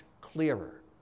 clearer